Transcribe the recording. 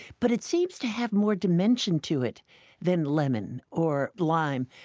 but it seems to have more dimension to it then lemon or lime.